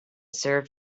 served